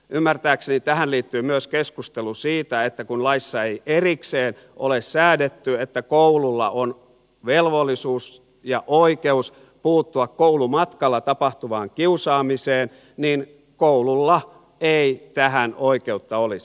ymmärtääkseni tähän liittyy myös keskustelu siitä että kun laissa ei erikseen ole säädetty että koululla on velvollisuus ja oikeus puuttua koulumatkalla tapahtuvaan kiusaamiseen niin koululla ei tähän oikeutta olisi